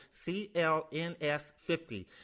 CLNS50